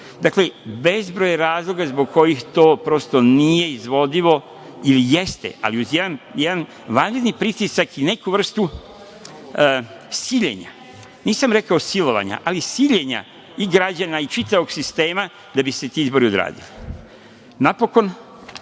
rade? Dakle, bezbroj je razloga zbog kojih to nije izvodljivo ili jeste, ali uz jedan vanredni pritisak i neku vrstu siljenja. Nisam rekao silovanja, ali siljenja i građana i čitavog sistema da bi se ti izbori odradili. Napokon,